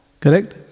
Correct